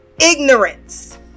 ignorance